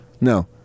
No